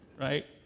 right